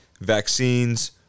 vaccines